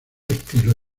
estilo